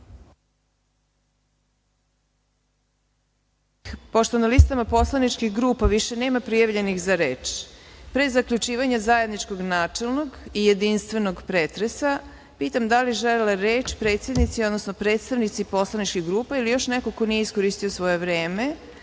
Hvala. Pošto na listama poslaničkih grupa više nema prijavljenih za reč, pre zaključivanja zajedničkog načelnog i jedinstvenog pretresa, pitam da li žele reč predsednici, odnosno predstavnici poslaničkih grupa ili još neko ko nije iskoristio svoje vreme,